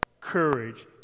courage